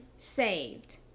saved